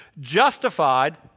Justified